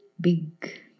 big